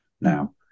now